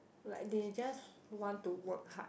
like they just want to work hard